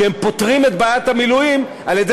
שהם פותרים את בעיית המילואים על-ידי